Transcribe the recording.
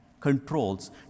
controls